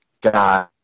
God